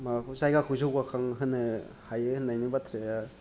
माबाखौ जायगाखौ जौगाखां होनो हायो होननायनि बाथ्राया